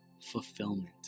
fulfillment